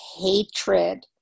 hatred